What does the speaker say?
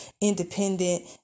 independent